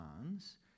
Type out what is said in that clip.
commands